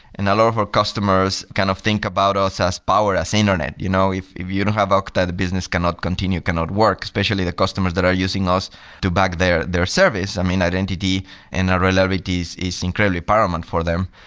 and a lot of our customers kind of think about us as power as internet. you know if you don't have the okta, the business cannot continue, cannot work, especially the customers that are using us to back their their service. i mean, identity and reliabilities is incredibly paramount for them.